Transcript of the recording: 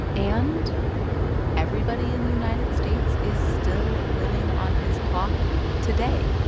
and everybody in the united states is still living on his clock today